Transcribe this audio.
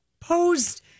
posed